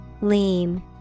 Lean